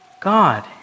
God